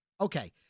Okay